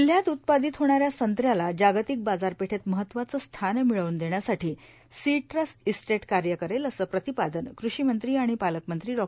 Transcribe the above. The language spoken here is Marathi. जिल्ह्यात उत्पादित होणाऱ्या संत्र्याला जागतिक बाजारपेठेत महत्वाचं स्थान मिळवून देण्यासाठी श्सीटूस इस्टेटश कार्य करेलए असं प्रतिपादन कृषी मंत्री आणि पालकमंत्री डॉ